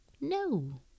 no